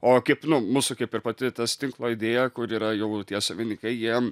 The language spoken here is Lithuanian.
o kaip nu mūsų kaip ir pati tas tinklo idėja kur yra jau tie savininkai jie